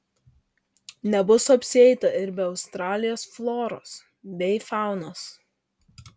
nebus apsieita ir be australijos floros bei faunos